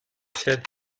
set